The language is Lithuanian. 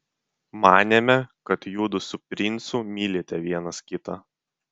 manėme kad judu su princu mylite vienas kitą